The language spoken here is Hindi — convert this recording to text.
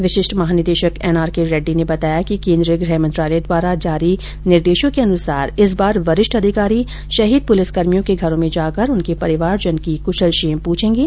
विशिष्ठ महानिदेशक एनआरके रेड्डी ने बताया कि केन्द्रीय गृह मंत्रालय द्वारा जारी निर्देशों के अनुसार इस बार वरिष्ठ अधिकारी शहीद पुलिसकर्मियों के घरों में जाकर उनके परिवारजनों की कुशलक्षेम पूछेंगे